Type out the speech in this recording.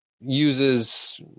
uses